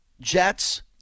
Jets